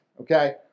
okay